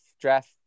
draft